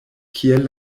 kiel